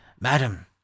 Madam